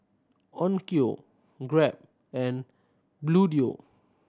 Onkyo Grab and Bluedio